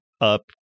up